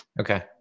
Okay